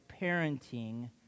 parenting